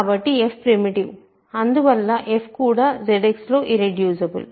కాబట్టి f primitive అందువల్ల f కూడా ZX లో ఇర్రెడ్యూసిబుల్